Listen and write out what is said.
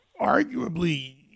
arguably